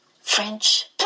French